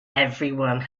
everyone